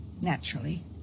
Naturally